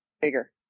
bigger